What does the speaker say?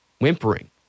whimpering